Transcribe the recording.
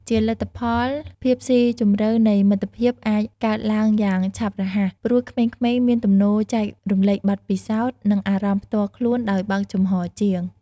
ជាលទ្ធផល ភាពស៊ីជម្រៅនៃមិត្តភាពអាចកើតឡើងយ៉ាងឆាប់រហ័ស ព្រោះក្មេងៗមានទំនោរចែករំលែកបទពិសោធន៍ និងអារម្មណ៍ផ្ទាល់ខ្លួនដោយបើកចំហរជាង។